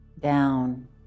down